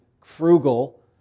frugal